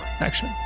action